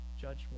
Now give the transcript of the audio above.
judgment